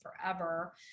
forever